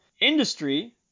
industry